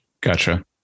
Gotcha